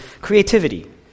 creativity